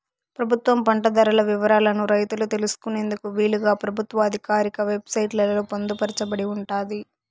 ప్రభుత్వం పంట ధరల వివరాలను రైతులు తెలుసుకునేందుకు వీలుగా ప్రభుత్వ ఆధికారిక వెబ్ సైట్ లలో పొందుపరచబడి ఉంటాది